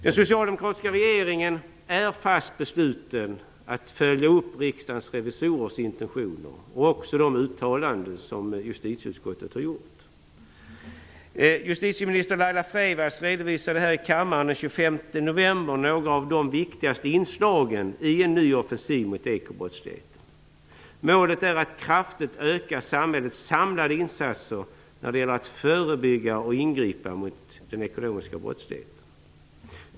Den socialdemokratiska regeringen är fast besluten att följa upp Riksdagens revisorers intentioner och också de uttalanden som justitieutskottet har gjort. Justitieminister Laila Freivalds redovisade här i kammaren den 25 november några av de viktigaste inslagen i en ny offensiv mot ekobrottsligheten. Målet är att kraftigt öka samhällets samlade insatser när det gäller att förebygga och ingripa mot den ekonomiska brottsligheten.